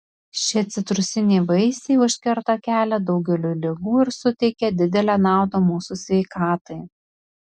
šie citrusiniai vaisiai užkerta kelią daugeliui ligų ir suteikia didelę naudą mūsų sveikatai